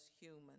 human